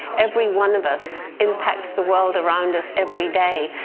every one of us impacts the world around us everyday,